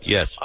Yes